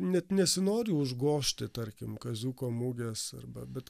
net nesinori užgožti tarkim kaziuko mugės arba bet